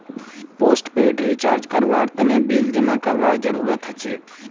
postpaid recharge करवार तने bill जमा करवार जरूरत हछेक